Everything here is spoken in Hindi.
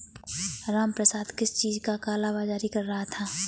रामप्रसाद किस चीज का काला बाज़ारी कर रहा था